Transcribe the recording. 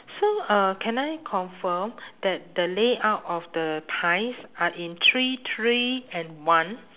so uh can I confirm that the layout of the pies are in three three and one